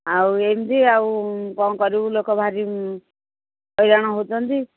ଆଉ ଏମିତି ଆଉ କ'ଣ କରିବୁ ଲୋକ ଭାରି ହଇରାଣ ହେଉଛନ୍ତି